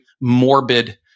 morbid